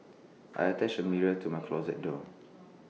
I attached A mirror to my closet door